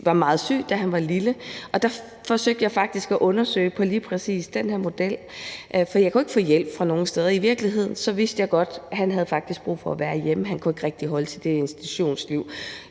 var meget syg, da han var lille. Der forsøgte jeg faktisk at undersøge lige præcis den her model, for jeg kunne ikke få hjælp fra nogen steder, og i virkeligheden vidste jeg godt, at han faktisk havde brug for at være hjemme. Han kunne ikke rigtig holde til institutionslivet.